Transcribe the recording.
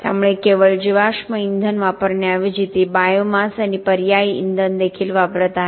त्यामुळे केवळ जीवाश्म इंधन वापरण्याऐवजी ते बायोमास आणि पर्यायी इंधन देखील वापरत आहेत